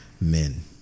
men